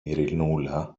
ειρηνούλα